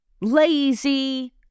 lazy